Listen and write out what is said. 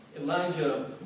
Elijah